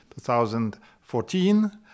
2014